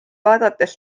vaadates